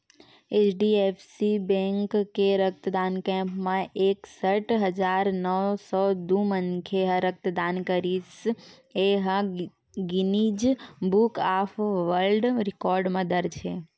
HDFC bank के रक्तदान camp म एकसट हजार नव सौ दू मनखे ह रक्तदान करिस ए ह Guinness book of world record म दर्ज हे